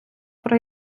про